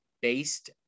based